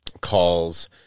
calls